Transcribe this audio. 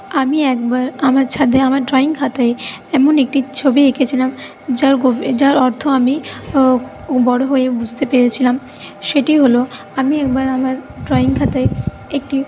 আমি একবার আমার ছাদে আমার ড্রয়িং খাতায় এমন একটি ছবি এঁকেছিলাম যার গভী যার অর্থ আমি বড়ো হয়ে বুঝতে পেরেছিলাম সেটি হল আমি একবার আমার ড্রয়িং খাতায় একটি